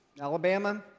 Alabama